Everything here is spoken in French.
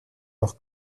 leur